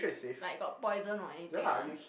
like got poison or anything ah